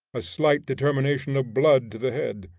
a slight determination of blood to the head,